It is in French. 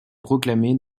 proclamée